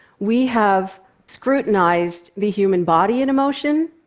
we have scrutinized the human body in emotion.